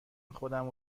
خودمو